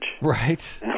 right